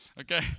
okay